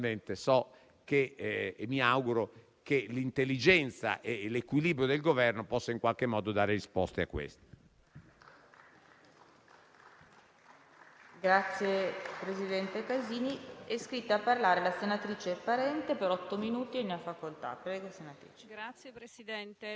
per mettere a posto la sanità. Invito il Ministro, i colleghi e le colleghe di opposizione e di maggioranza a fare una discussione vera e approfondita sulla necessità di accedere ai finanziamenti del MES sanitario. Sono sicura che le nostre posizioni si avvicinerebbero, a fronte dei vantaggi dell'intera popolazione.